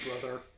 brother